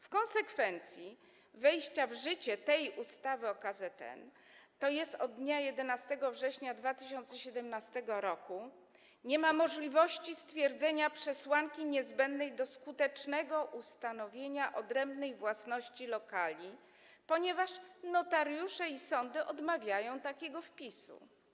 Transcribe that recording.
W konsekwencji wejścia w życie ustawy o KZN, tj. od dnia 11 września 2017 r., nie ma możliwości stwierdzenia przesłanki niezbędnej do skutecznego ustanowienia odrębnej własności lokali, ponieważ notariusze i sądy odmawiają takiego wpisu.